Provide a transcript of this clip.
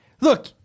Look